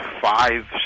five